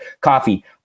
coffee